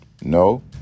No